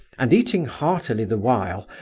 and eating heartily the while,